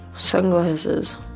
Sunglasses